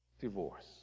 divorce